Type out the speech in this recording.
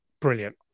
brilliant